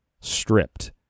stripped